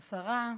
השרה,